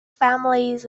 families